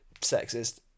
sexist